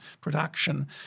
production